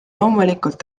loomulikult